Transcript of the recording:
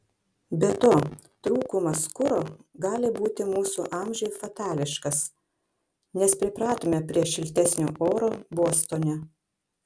be to trūkumas kuro gali būti mūsų amžiui fatališkas nes pripratome prie šiltesnio oro bostone